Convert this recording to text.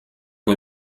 con